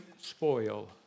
spoil